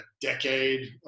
decade